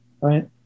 Right